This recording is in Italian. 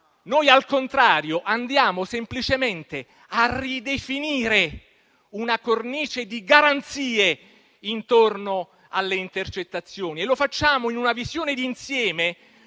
Noi, al contrario, andiamo semplicemente a ridefinire una cornice di garanzie intorno alle intercettazioni e lo facciamo in una visione d'insieme,